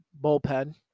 bullpen